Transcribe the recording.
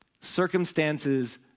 circumstances